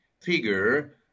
figure